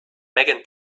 megan